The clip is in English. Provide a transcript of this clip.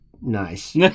Nice